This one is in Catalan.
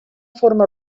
forma